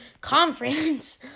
Conference